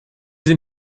sind